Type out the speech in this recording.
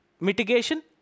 mitigation